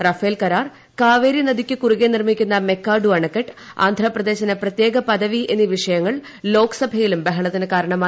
Rafale കരാർ കാവേരി നദിയ്ക്കു കുറുകെ നിർമ്മിക്കുന്ന മെക്കാഡു അണക്കെട്ട് ആന്ധ്രാപ്രദേശിന് പ്രത്യേക പദവി എന്നീ വിഷയങ്ങൾ ലോക്സഭയിലും ബഹളത്തിനു കാരണമായി